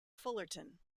fullerton